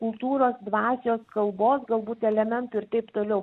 kultūros dvasios kalbos galbūt elementų ir taip toliau